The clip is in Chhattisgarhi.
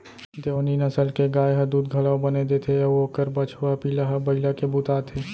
देओनी नसल के गाय ह दूद घलौ बने देथे अउ ओकर बछवा पिला ह बइला के बूता आथे